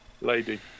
lady